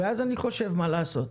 ואז אני חושב מה לעשות,